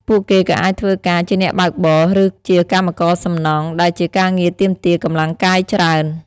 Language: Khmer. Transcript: ពួកគេក៏អាចធ្វើការជាអ្នកបើកបរ ឬជាកម្មករសំណង់ ដែលជាការងារទាមទារកម្លាំងកាយច្រើន។